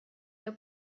der